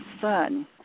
son